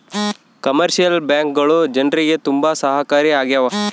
commercial ಬ್ಯಾಂಕ್ಗಳು ಜನ್ರಿಗೆ ತುಂಬಾ ಸಹಾಯಕಾರಿ ಆಗ್ಯಾವ